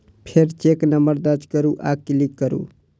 फेर cheque number दर्ज करू आ क्लिक करू